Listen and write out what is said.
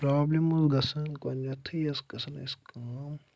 problem اوس گژھان گۄڈٕنٮ۪تھٕے یَس گژھان اَسہِ کٲم